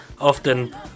often